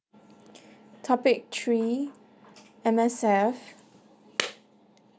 topic three M_S_F